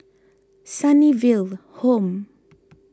Sunnyville Home